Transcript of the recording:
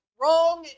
wrong